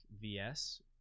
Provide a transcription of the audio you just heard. VS